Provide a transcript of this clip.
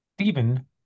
Stephen